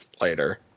later